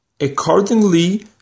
accordingly